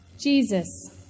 Jesus